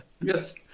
Yes